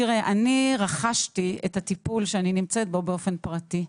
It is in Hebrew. אני רכשתי את הטיפול שאני נמצאת בו באופן פרטי.